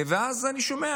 ואז אני שומע